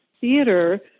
theater